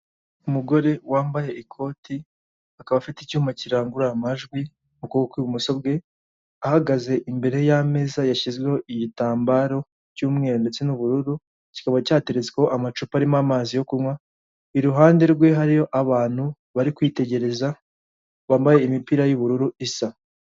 Umugore wambaye ikoti, akaba afite icyuma kirangurura amajwi mu kuboko kw'ibumoso bwe. Ahagaze imbere y'ameza yashyizweho igitambaro cy'umweru ndetse n'ubururu, kikaba cyateretseho amacupa arimo amazi yo kunywa, iruhande rwe hariyo abantu bari kwitegereza bambaye imipira y'ubururu isa.